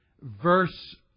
verse